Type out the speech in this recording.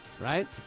right